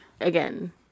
again